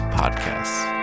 podcasts